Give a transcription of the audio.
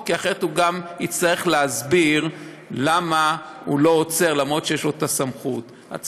כי אחרת הוא גם יצטרך להסביר למה הוא לא עוצר אף-על-פי שיש לו סמכות.